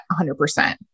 100%